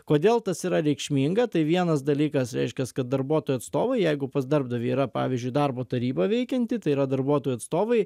kodėl tas yra reikšminga tai vienas dalykas reiškias kad darbuotojų atstovai jeigu pas darbdavį yra pavyzdžiui darbo taryba veikianti tai yra darbuotojų atstovai